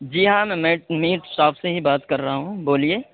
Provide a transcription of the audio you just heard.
جی ہاں میں meat meat shop سے ہی بات کر رہا ہوں بولیے